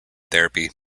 therapy